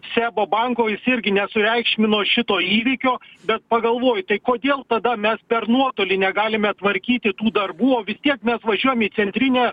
sebo banko jis irgi nesureikšmino šito įvykio bet pagalvoji tai kodėl tada mes per nuotolį negalime tvarkyti tų darbų o vis tiek mes važiuojam į centrinę